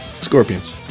Scorpions